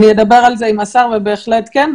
אני אדבר על זה עם השר ובהחלט כן.